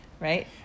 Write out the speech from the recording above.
right